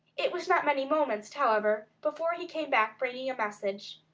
it was not many moments, however, before he came back bringing a message.